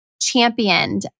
championed